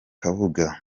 kabuga